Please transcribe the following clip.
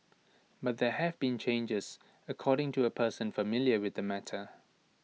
but there have been challenges according to A person familiar with the matter